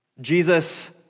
Jesus